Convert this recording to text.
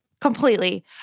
Completely